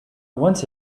want